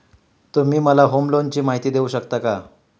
तुम्ही मला होम लोनची माहिती देऊ शकता का?